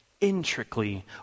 intricately